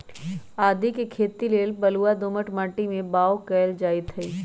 आदीके खेती लेल बलूआ दोमट माटी में बाओ कएल जाइत हई